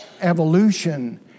evolution